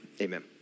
Amen